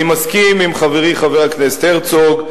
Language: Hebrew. אני מסכים עם חברי חבר הכנסת הרצוג,